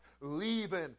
leaving